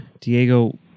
diego